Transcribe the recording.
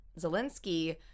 Zelensky